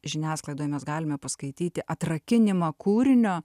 žiniasklaidoj mes galime paskaityti atrakinimą kūrinio